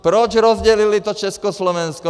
Proč rozdělili to Československo?